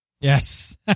Yes